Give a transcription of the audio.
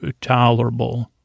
tolerable